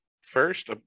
first